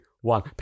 One